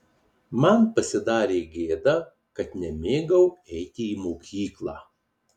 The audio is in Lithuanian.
man pasidarė gėda kad nemėgau eiti į mokyklą